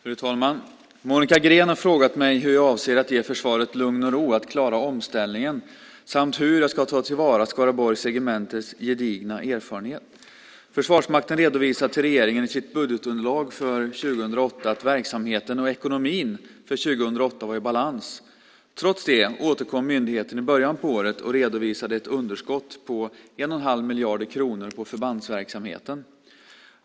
Fru talman! Monica Green har frågat mig hur jag avser att ge försvaret lugn och ro att klara omställningen samt hur jag ska ta till vara Skaraborgs regementes gedigna erfarenhet. Försvarsmakten redovisade till regeringen i sitt budgetunderlag för 2008 att verksamheten och ekonomin för 2008 var i balans. Trots detta återkom myndigheten i början av året och redovisade ett underskott på 1 1⁄2 miljard kronor på förbandsverksamheten.